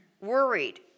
worried